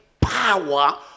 power